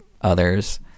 others